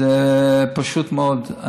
זה פשוט מאוד.